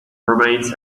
remains